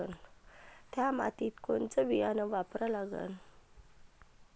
थ्या मातीत कोनचं बियानं वापरा लागन?